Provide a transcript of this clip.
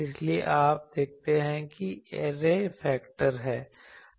इसलिए आप देखते हैं कि यह ऐरे फेक्टर है